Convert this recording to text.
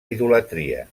idolatria